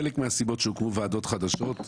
חלק מהסיבות שהוקמו ועדות חדשות,